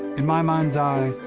in my mind's eye,